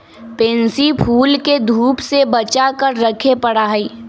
pansy फूल के धूप से बचा कर रखे पड़ा हई